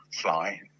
fly